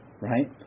right